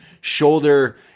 shoulder